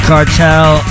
Cartel